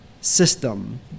system